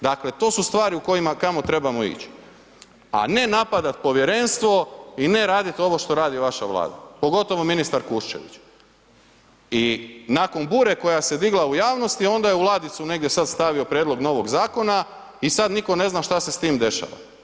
Dakle, to su stvari u kojima, kamo trebamo ići, a ne napadat povjerenstvo i ne radit ovo što radi vaša Vlada, pogotovo ministar Kuščević i nakon bure koja se digla u javnosti, a onda je u ladicu negdje sad stavio prijedlog novog zakona i sad nitko ne zna šta se s tim dešava.